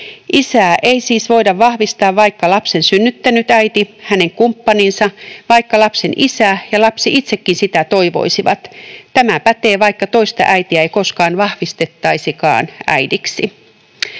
Isää ei siis voida vahvistaa, vaikka lapsen synnyttänyt äiti, hänen kumppaninsa, vaikka lapsen isä ja lapsi itsekin sitä toivoisivat. Tämä pätee, vaikka toista äitiä ei koskaan vahvistettaisikaan äidiksi.